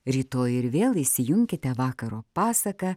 rytoj ir vėl įsijunkite vakaro pasaką